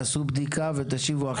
תעשו בדיקה ותשיבו אחרי ההפסקה.